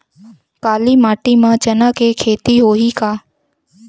काली माटी म चना के खेती होही का?